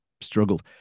struggled